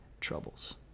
troubles